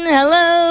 Hello